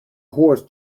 horse